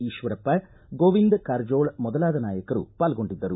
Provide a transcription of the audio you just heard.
ಈಶ್ವರಪ್ಪ ಗೋವಿಂದ ಕಾರಜೋಳ ಮೊದಲಾದ ನಾಯಕರು ಪಾಲ್ಗೊಂಡಿದ್ದರು